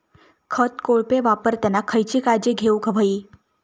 खत कोळपे वापरताना खयची काळजी घेऊक व्हयी?